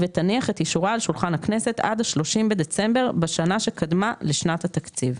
ותניח את אישורה על שולחן הכנסת עד ה-30 בדצמבר בשנה שקדמה לשנת התקציב,